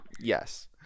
Yes